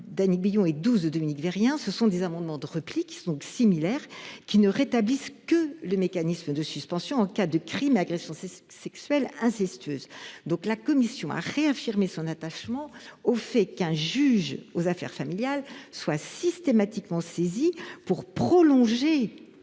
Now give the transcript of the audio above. n 4 rectifié et 12 rectifié sont des amendements de repli qui tendent à ne rétablir que le mécanisme de suspension en cas de crime et d’agression sexuelle incestueuse. La commission a réaffirmé son attachement au fait qu’un juge aux affaires familiales soit systématiquement saisi pour prolonger